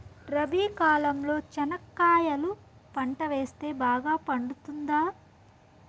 రబి కాలంలో చెనక్కాయలు పంట వేస్తే బాగా పండుతుందా?